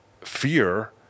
fear